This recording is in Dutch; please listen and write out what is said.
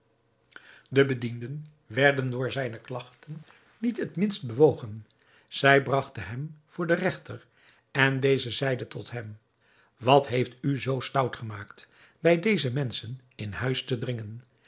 de bedienden werden door zijne klagten niet het minst bewogen zij bragten hem voor den regter en deze zeide tot hem wat heeft u zoo stout gemaakt bij deze menschen in huis te dringen